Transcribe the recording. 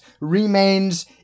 remains